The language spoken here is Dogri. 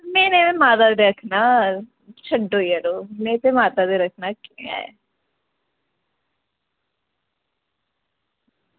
में ते माता दा रक्खना छड्डो यरो में ते माता दे रक्खना केह् ऐ